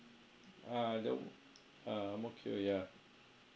ah that ah ang mo kio yeah